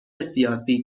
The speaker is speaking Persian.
سیاسی